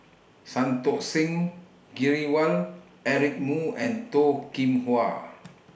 Santokh Singh Grewal Eric Moo and Toh Kim Hwa